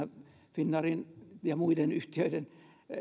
finnairin ja muiden yhtiöiden